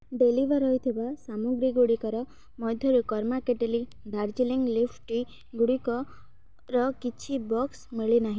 deliver ହୋଇଥିବା ସାମଗ୍ରୀ ଗୁଡ଼ିକ ମଧ୍ୟରୁ Karma Kettle Darjeeling leaf tea ଗୁଡ଼ିକର କିଛି ବାକ୍ସ ମିଳିନାହିଁ